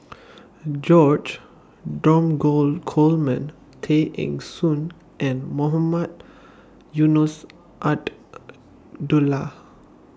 George Dromgold Coleman Tay Eng Soon and Mohamed Eunos